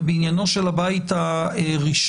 בעניינו של הבית הראשון,